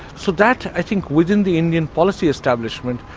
so that, i think within the indian policy establishment,